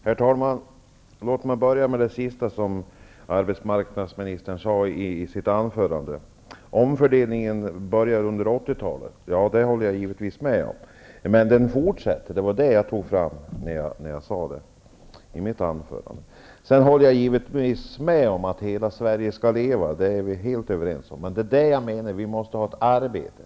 Herr talman! Låt mig börja med det som arbetsmarknadsministern sade sist i sitt anförande, att omfördelningen började under 80-talet. Ja, det håller jag givetvis med om, men omfördelningen fortsätter -- det var det jag tog fram i mitt anförande. Vi är givetvis överens om att hela Sverige skall leva, men människor måste ha arbete.